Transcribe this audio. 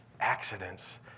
accidents